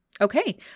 Okay